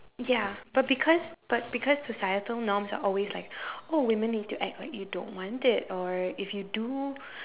ya but because but because societal norms are always like oh women need to act like you don't want it or if you do